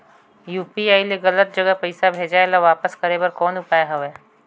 UPI ले गलत जगह पईसा भेजाय ल वापस करे बर कौन उपाय हवय?